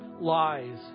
lies